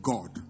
God